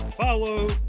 follow